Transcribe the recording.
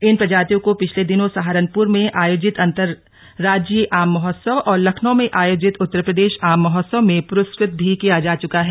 इन प्रजातियों को पिछले दिनों सहारनपुर में आयोजित अंतरराज्जीय आम महोत्सव और लखनऊ में आयोजित उत्तर प्रदेश आम महोत्सव में पुरस्कृत भी किया जा चुका है